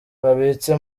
babitse